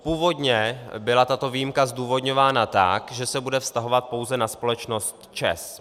Původně byla tato výjimka zdůvodňována tak, že se bude vztahovat pouze na společnost ČEZ.